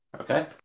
Okay